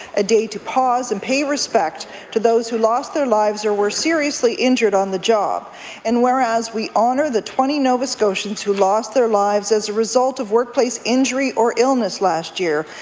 a day to pause and pay respect to those who lost their lives or were seriously injured on the job and whereas we honour the twenty nova scotians who lost their lives as a result of workplace injury or illness last year,